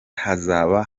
hazaba